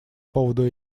поводу